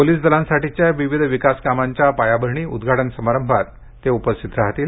police दलांसाठीच्या विविध विकास कामांच्या पायाभरणी उद्घा ित्र समारंभात ते उपस्थित राहतील